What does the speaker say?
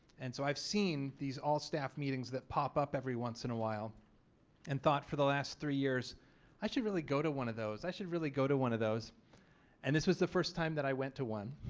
and so i've seen these all staff meetings that pop up every once in a while and thought for the last three years i should really go to one of those. i should really go to one of those and this was the first time that i went to one.